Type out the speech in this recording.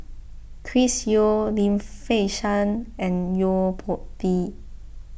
Chris Yeo Lim Fei Shen and Yo Po Tee